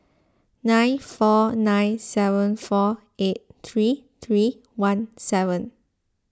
nine four nine seven four eight three three one seven